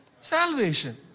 salvation